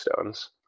stones